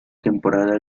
temporada